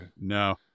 No